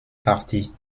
partie